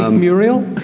ah muriel?